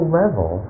level